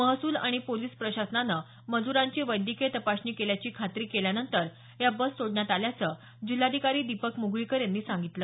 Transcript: महसूल आणि पोलीस प्रशासनानं मजुरांची वैद्यकीय तपासणी केल्याची खात्री केल्यानंतर या बस सोडण्यात आल्याचं जिल्हाधिकारी दीपक मुगळीकर यांनी सांगितलं